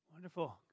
Wonderful